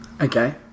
okay